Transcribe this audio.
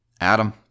Adam